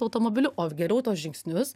automobiliu o geriau tuos žingsnius